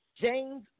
James